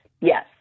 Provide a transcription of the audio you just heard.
yes